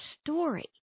story